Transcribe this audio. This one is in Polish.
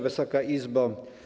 Wysoka Izbo!